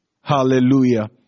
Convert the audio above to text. Hallelujah